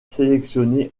sélectionné